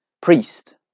priest